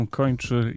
kończy